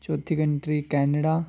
चौथी country Canada